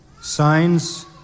signs